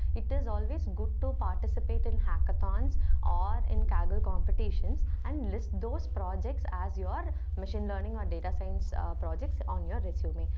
it is always good to participate in hackathons or in kaggle competitions and list those projects as your machine learning or data science projects on your resume.